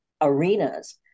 arenas